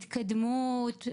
התקדמות,